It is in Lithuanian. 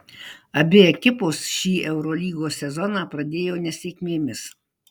abi ekipos šį eurolygos sezoną pradėjo nesėkmėmis